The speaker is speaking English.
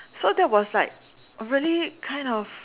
so that was like really kind of